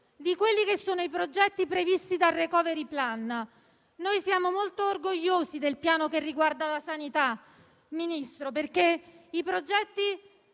l'attuazione dei progetti previsti dal *recovery plan.* Noi siamo molto orgogliosi del piano che riguarda la sanità, perché i progetti